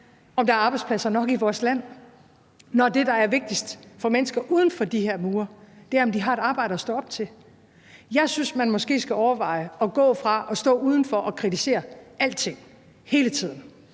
om der er arbejdspladser nok i vores land, når det, der er vigtigst for mennesker uden for de her mure, er, om de har et arbejde at stå op til? Jeg synes, at man måske skal overveje at gå fra at stå udenfor og kritisere alting hele tiden